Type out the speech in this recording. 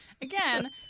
Again